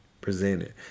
presented